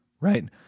right